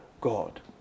God